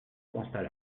constat